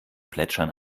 plätschern